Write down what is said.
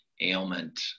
ailment